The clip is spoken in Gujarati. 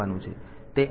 તેથી તે આ છે